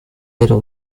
vero